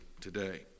today